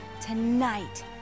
tonight